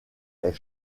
est